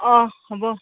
অঁ হ'ব